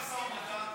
אין משא ומתן,